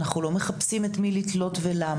אנחנו לא מחפשים את מי לתלות ולמה.